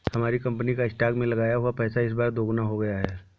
हमारी कंपनी का स्टॉक्स में लगाया हुआ पैसा इस बार दोगुना हो गया